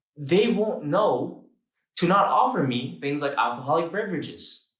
they won't know to not offer me things like alcoholic beverages.